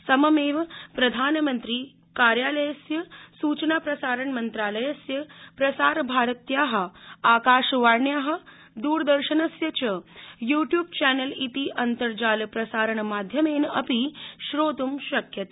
सममेव प्रधानमंत्री कार्यालयस्य सूचना प्रसारण मन्त्रालयस्य प्रसारभारत्या आकाशवाण्या द्रदर्शनस्य च यू ट्यूब चैनल इति अन्तर्जालप्रसारणमाध्यमेन अपि श्रोत् शक्यते